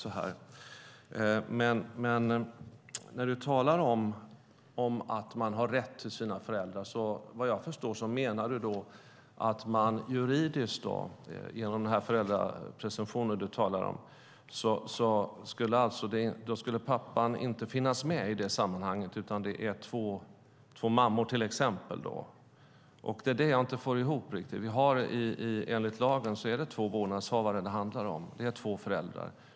När Jonas Gunnarsson talar om en rätt till sina föräldrar förstår jag att han menar att juridiskt, genom föräldrapresumtionen, skulle pappan inte finnas med i det sammanhanget utan att det kan vara fråga om till exempel två mammor. Det är vad jag inte får ihop. Enligt lagen handlar det om två vårdnadshavare, två föräldrar.